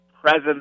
presence